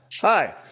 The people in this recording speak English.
hi